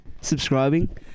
subscribing